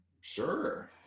Sure